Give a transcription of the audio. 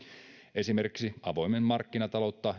esimerkiksi avointa markkinataloutta